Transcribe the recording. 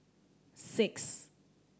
six